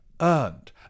earned